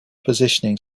positioning